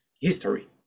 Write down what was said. history